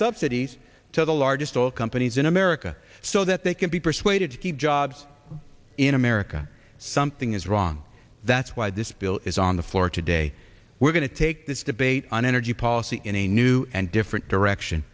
subsidies to the largest oil companies in america so that they can be persuaded to keep jobs in america something is wrong that's why this bill is on the floor today we're going to take this debate on energy policy in a new and different direction